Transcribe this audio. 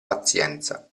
pazienza